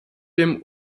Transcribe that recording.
dem